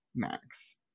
Max